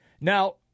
Now